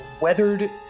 weathered